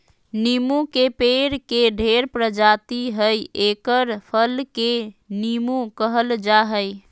नीबू के पेड़ के ढेर प्रजाति हइ एकर फल के नीबू कहल जा हइ